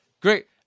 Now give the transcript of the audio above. Great